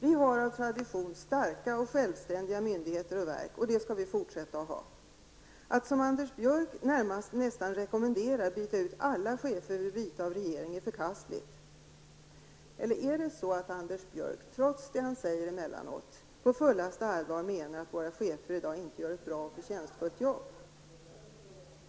Vi har av tradition starka och självständiga myndigheter och verk. Det skall vi fortsätta att ha. Att som Anders Björck närmast rekommendera att man skall byta ut alla chefer vid byte av regering är förkastligt. Eller menar Anders Björck på fullaste allvar att våra chefer inte gör ett bra och förtjänstfullt arbete, trots det han säger emellanåt?